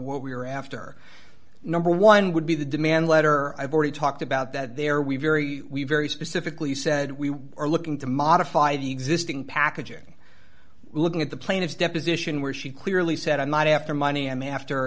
what we are after number one would be the demand letter i've already talked about that there we very we very specifically said we are looking to modify the existing packaging looking at the plaintiff's deposition where she clearly said i'm not after money i'm after